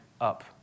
up